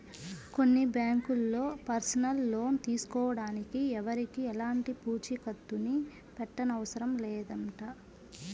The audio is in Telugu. కొన్ని బ్యాంకుల్లో పర్సనల్ లోన్ తీసుకోడానికి ఎవరికీ ఎలాంటి పూచీకత్తుని పెట్టనవసరం లేదంట